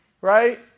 right